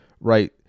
right